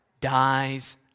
dies